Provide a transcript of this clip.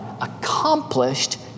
accomplished